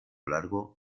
largo